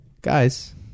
guys